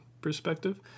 perspective